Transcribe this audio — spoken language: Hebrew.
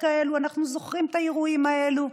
כאלו אנחנו זוכרים את האירועים האלו.